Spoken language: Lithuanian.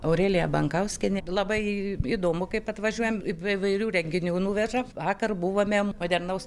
aurelija bankauskienė labai įdomu kaip atvažiuojam įvairių renginių nuveža vakar buvome modernaus